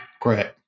Great